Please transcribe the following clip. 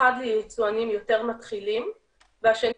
אחד ליצואנים יותר מתחילים והשני